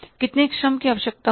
कितने श्रम की आवश्यकता होगी